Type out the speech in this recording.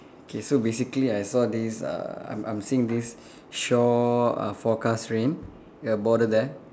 okay so basically I saw this uh I'm I'm seeing this shore uh forecast rain uh border there